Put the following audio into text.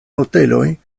hoteloj